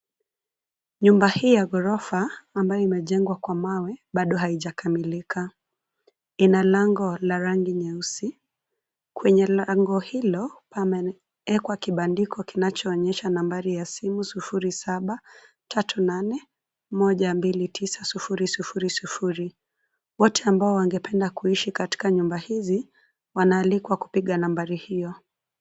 Nyumba hii ya ghorofa, ambayo imejengwa kwa mawe, bado haijakamilika. Ina lango la rangi nyeusi. Kwenye lango hilo, pameekwa kibandiko kinachoonyesha nambari ya simu sufuri saba, tatu nane, moja mbili tisa sufuri sufuri sufuri. Wote ambao wangependa kuishi katika nyumba hizi, wanaalikwa kupiga nambari hiyo.